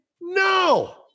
no